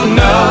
no